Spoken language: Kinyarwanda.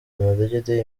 amadegede